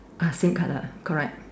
ah same colour correct